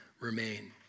remain